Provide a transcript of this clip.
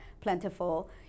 plentiful